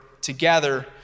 together